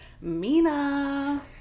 Mina